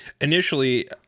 Initially